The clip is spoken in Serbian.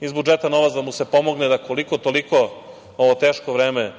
iz budžeta novac da mu se pomogne da koliko, toliko ovo teško vreme